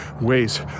ways